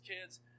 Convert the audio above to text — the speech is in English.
kids